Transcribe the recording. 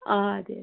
അ അതെ അതെ